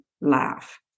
laugh